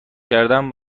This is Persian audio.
کردم